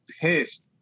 pissed